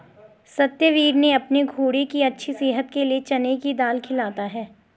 सत्यवीर ने अपने घोड़े की अच्छी सेहत के लिए चने की दाल खिलाता है